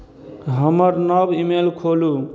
हमर नव ईमेल खोलू